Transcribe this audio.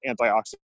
antioxidant